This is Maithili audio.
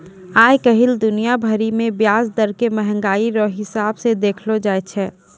आइ काल्हि दुनिया भरि मे ब्याज दर के मंहगाइ रो हिसाब से देखलो जाय छै